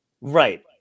Right